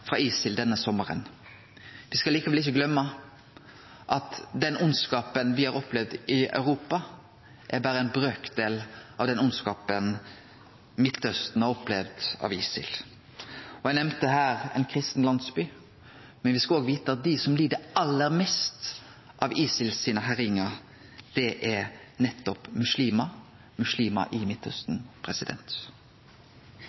frå ISIL denne sommaren. Vi skal likevel ikkje gløyme at den vondskapen ein har opplevd i Europa, berre er ein brøkdel av den vondskapen Midtausten har opplevd frå ISIL. Eg nemnde her ein kristen landsby, men vi skal òg vite at dei som lir aller mest av ISILs herjingar, er nettopp muslimar – muslimar i